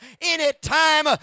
Anytime